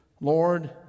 Lord